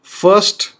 first